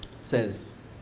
says